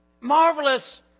Marvelous